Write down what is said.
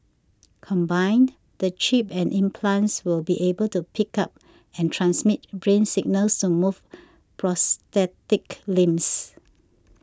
combined the chip and implants will be able to pick up and transmit brain signals to move prosthetic limbs